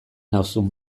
nauzun